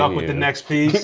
um with the next piece.